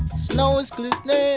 snow is glistening.